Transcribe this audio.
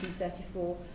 1934